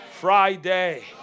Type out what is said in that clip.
Friday